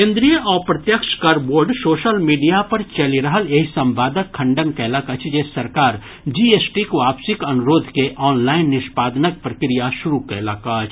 केन्द्रीय अप्रत्यक्ष कर बोर्ड सोशल मीडिया पर चलि रहल एहि संवादक खंडन कयलक अछि जे सरकार जीएसटीक वापसीक अनुरोध के ऑनलाइन निष्पादनक प्रक्रिया शुरू कयलक अछि